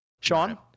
Sean